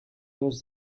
was